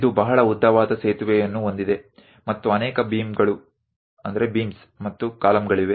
ಇದು ಬಹಳ ಉದ್ದವಾದ ಸೇತುವೆಯನ್ನು ಹೊಂದಿದೆ ಮತ್ತು ಅನೇಕ ಬೀಮ್ಗಳು ಮತ್ತು ಕಾಲಮ್ಗಳಿವೆ